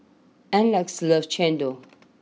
Aleck loves Chendol